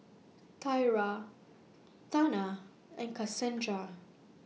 Tiera Tana and Kasandra